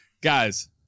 Guys